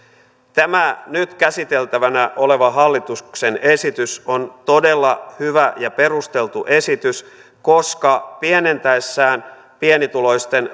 tämä nyt käsiteltävänä oleva hallituksen esitys on todella hyvä ja perusteltu esitys koska pienentäessään pienituloisten